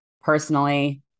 Personally